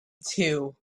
too